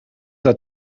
der